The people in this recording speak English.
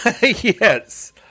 Yes